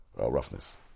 roughness